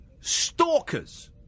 stalkers